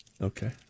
Okay